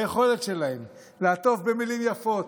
היכולת שלהם לעטוף במילים יפות,